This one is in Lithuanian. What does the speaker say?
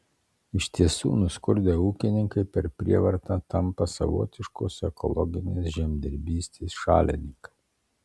iš tiesų nuskurdę ūkininkai per prievartą tampa savotiškos ekologinės žemdirbystės šalininkai